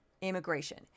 immigration